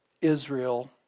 Israel